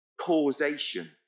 causation